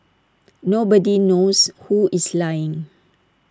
nobody knows who is lying